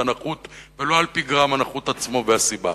הנכות ולא על-פי גרם הנכות עצמו והסיבה.